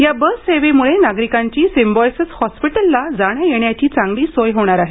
या बससेवेमुळे नागरिकांची सिंबायोसिस हॉस्पिटलला जाण्या येण्याची चांगली सोय होणार आहे